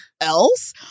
else